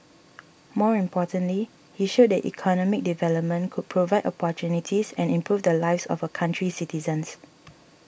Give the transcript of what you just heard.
more importantly he showed that economic development could provide opportunities and improve the lives of a country's citizens